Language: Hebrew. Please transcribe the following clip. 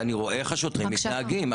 ואני רואה איך השוטרים מתנהגים.